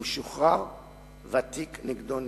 הוא שוחרר והתיק נגדו נסגר.